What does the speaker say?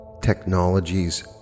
technologies